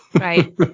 Right